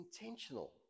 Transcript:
intentional